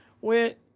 went